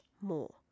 more